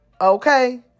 Okay